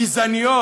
גזעניות.